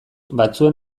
batzuen